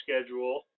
schedule